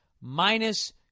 Minus